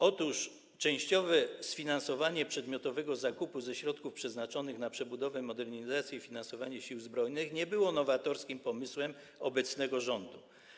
Otóż częściowe sfinansowanie przedmiotowego zakupu ze środków przeznaczonych na przebudowę, modernizację i finansowanie Sił Zbrojnych nie było nowatorskim pomysłem obecnego rządu.